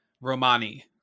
Romani